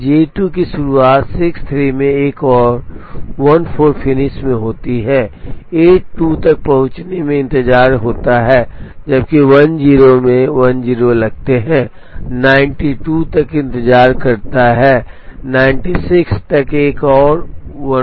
अब J2 की शुरुआत 63 में एक और 14 फिनिश में होती है 82 तक पहुंचने में इंतजार होता है जबकि 10 में से 10 लगते हैं 92 तक इंतजार करता है 96 तक एक और 11 लेता है जो 107 है इसलिए हमने इस एल्गोरिथ्म में क्या किया है अब हमें एक और समाधान मिलता है जिसका मेक स्पान 107 है